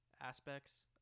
aspects